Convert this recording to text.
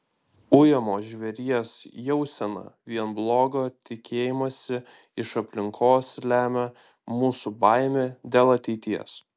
ujamo žvėries jauseną vien blogo tikėjimąsi iš aplinkos lemia mūsų baimė dėl ateities